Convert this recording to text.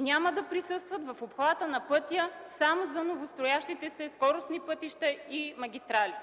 няма да присъстват в обхвата на пътя само за новостроящите се скоростни пътища и автомагистрали.